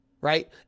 right